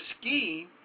scheme